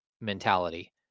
mentality